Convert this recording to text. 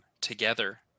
together